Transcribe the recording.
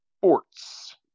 Sports